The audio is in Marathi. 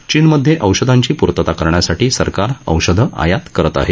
चीनमधे औषधांची पूर्तता करण्यासाठी सरकार औषधं आयात करत आहे